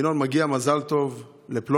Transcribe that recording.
ינון, מגיע מזל טוב לפלוני